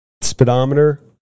speedometer